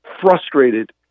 frustrated